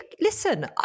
listen